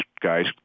guys